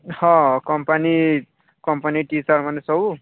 ହଁ company company T shirt ମାନେ ସବୁ